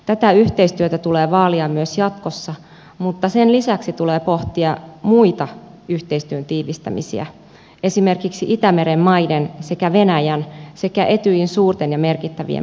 tätä yhteistyötä tulee vaalia myös jatkossa mutta sen lisäksi tulee pohtia muita yhteistyön tiivistämisiä esimerkiksi itämeren maiden sekä venäjän sekä etyjin suurten ja merkittävien maiden kanssa